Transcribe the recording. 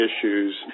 issues